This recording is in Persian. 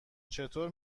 چطور